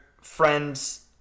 friends